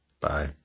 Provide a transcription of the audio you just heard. Bye